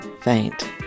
faint